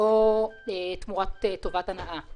או תמורת טובת הנאה.